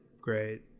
Great